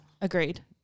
Agreed